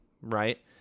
right